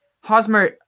Hosmer